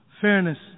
Fairness